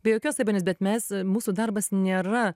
be jokios abejonės bet mes mūsų darbas nėra